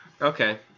Okay